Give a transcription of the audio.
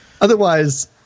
Otherwise